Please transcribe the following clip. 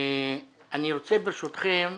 ברשותכם,